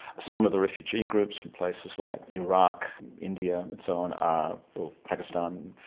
some of the refugee groups from places like iraq, india and so on are. or pakistan,